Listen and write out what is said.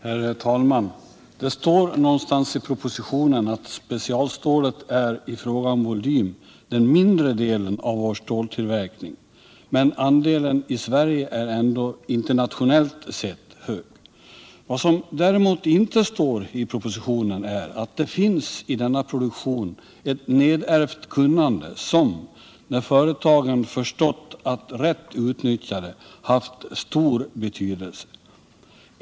Herr talman! Det står någonstans i propositionen att specialstålet är den mindre delen av vår ståltillverkning, men den andelen i Sverige är ändå internationellt sett hög. Vad som däremot inte står i propositionen är att det i denna svenska produktion finns ett nedärvt kunnande som, när företagen förstått att rätt utnyttja det, haft stor betydelse.